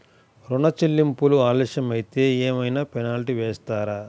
ఋణ చెల్లింపులు ఆలస్యం అయితే ఏమైన పెనాల్టీ వేస్తారా?